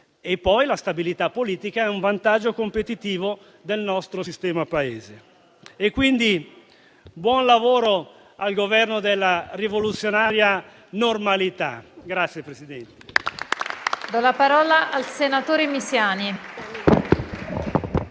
e poi la stabilità politica è un vantaggio competitivo del nostro sistema Paese. Buon lavoro, quindi, al Governo della rivoluzionaria normalità.